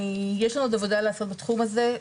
יש לנו עוד עבודה לעשות בתחום הזה.